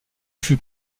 fut